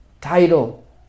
title